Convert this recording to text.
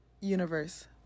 universe